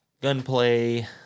Gunplay